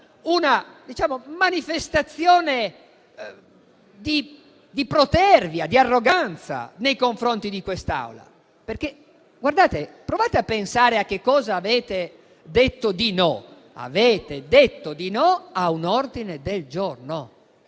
una manifestazione di protervia e arroganza nei confronti di quest'Assemblea. Provate a pensare a cosa avete detto di no: avete detto di no a un ordine del giorno